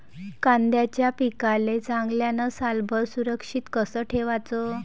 कांद्याच्या पिकाले चांगल्यानं सालभर सुरक्षित कस ठेवाचं?